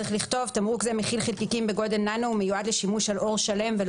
"תמרוק זה מכיל חלקיקים בגודל ננו ומיועד לשימוש על עור שלם ולא